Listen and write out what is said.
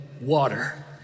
water